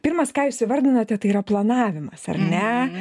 pirmas ką jūs įvardinote tai yra planavimas ar ne